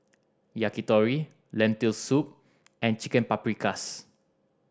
Yakitori Lentil Soup and Chicken Paprikas